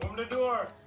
the door